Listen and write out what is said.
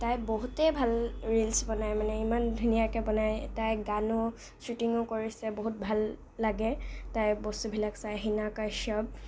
তাই বহুতে ভাল ৰিলচ বনাই মানে ইমান ধুনীয়াকৈ বনায় তাই গানো শ্ব'টিঙো কৰিছে বহুত ভাল লাগে তাইৰ বস্তুবিলাক চাই হিনা কাশ্যপ